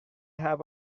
have